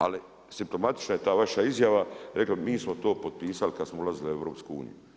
Ali, simptomatična je ta vaša izjava, rekli mi smo to potpisali kad smo ulazili u EU.